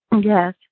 Yes